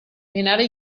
menare